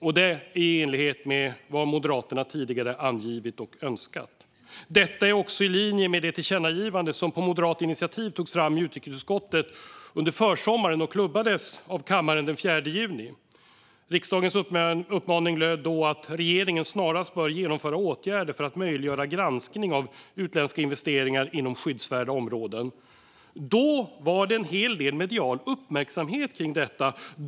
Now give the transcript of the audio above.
Detta är i enlighet med vad Moderaterna tidigare angivit och önskat. Det är också i linje med det tillkännagivande som på moderat initiativ togs fram i utrikesutskottet under försommaren och klubbades av kammaren den 4 juni. Riksdagens uppmaning löd då att regeringen snarast bör genomföra åtgärder för att möjliggöra granskning av utländska investeringar inom skyddsvärda områden. Då var det en hel del medial uppmärksamhet kring detta.